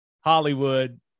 Hollywood